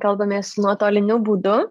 kalbamės nuotoliniu būdu